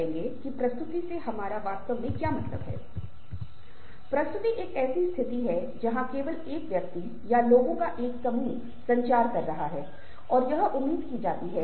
कहते हैं कि आप मुस्कुराते हैं क्योंकि आप किसी तरह से दूसरे व्यक्ति से संवाद करना चाहते हैं कि आप उस व्यक्ति से नाखुश नहीं हैं या आपके साथ सब कुछ ठीक है